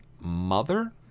mother